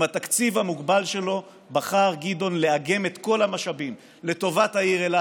עם התקציב המוגבל שלו בחר גדעון לאגם את כל המשאבים לטובת העיר אילת,